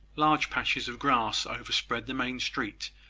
large patches of grass overspread the main street,